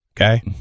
Okay